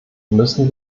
müssen